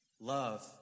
Love